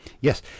Yes